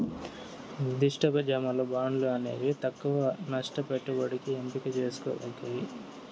నిర్దిష్ట జమలు, బాండ్లు అనేవి తక్కవ నష్ట పెట్టుబడికి ఎంపిక చేసుకోదగ్గవి